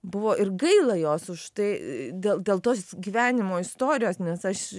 buvo ir gaila jos už tai dėl dėl tos gyvenimo istorijos nes aš